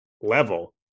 level